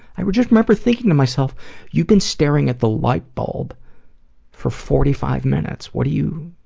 i just remember thinking to myself you've been staring at the light bulb for forty-five minutes, what are you,